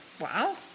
Wow